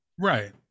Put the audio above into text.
Right